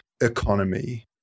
economy